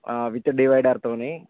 with డివైడర్తోనీ